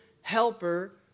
helper